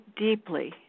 deeply